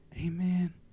Amen